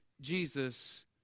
Jesus